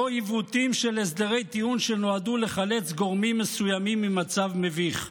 לא עיוותים של הסדרי טיעון שנועדו לחלץ גורמים מסוימים ממצב מביך.